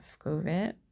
COVID